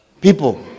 people